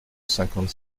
cinquante